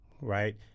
right